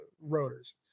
rotors